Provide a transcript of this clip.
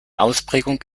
ausprägung